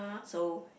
so